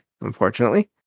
unfortunately